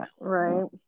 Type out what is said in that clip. right